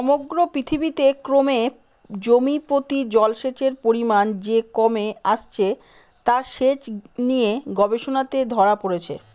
সমগ্র পৃথিবীতে ক্রমে জমিপ্রতি জলসেচের পরিমান যে কমে আসছে তা সেচ নিয়ে গবেষণাতে ধরা পড়েছে